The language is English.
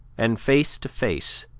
and face to face,